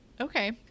Okay